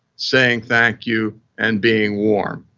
saying thank you and being warm.